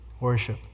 Worship